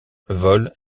vole